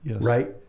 right